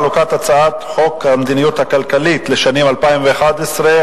הצעת החוק הזאת לא אפשרה.